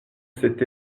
cet